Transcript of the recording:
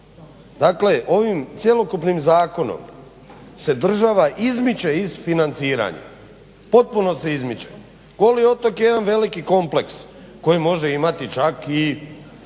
dakle ovim cjelokupnim zakonom se država izmiče iz financiranja, potpuno se izmiče. Goli otok je jedan veliki kompleks koji može imati čak i